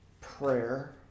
prayer